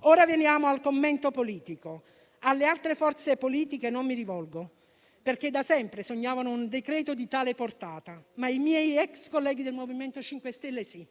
Ora veniamo al commento politico. Alle altre forze politiche non mi rivolgo, perché da sempre sognavano un decreto di tale portata, ma ai miei ex colleghi del MoVimento 5 Stelle sì.